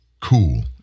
cool